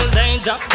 danger